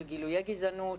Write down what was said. של גילויי גזענות,